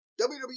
WWE